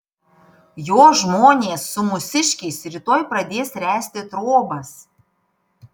jo žmonės su mūsiškiais rytoj pradės ręsti trobas